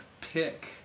pick